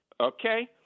okay